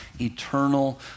eternal